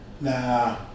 Nah